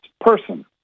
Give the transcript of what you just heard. person